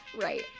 Right